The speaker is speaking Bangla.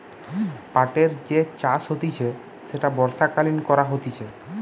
পাটের যে চাষ হতিছে সেটা বর্ষাকালীন করা হতিছে